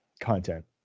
content